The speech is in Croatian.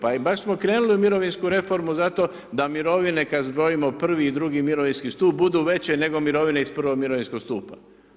Pa baš smo krenuli u mirovinsku reformu zato da mirovine kad zbrojimo prvi i drugi mirovinski stup budu veće nego mirovine iz prvog mirovinskog stupa.